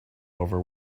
over